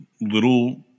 little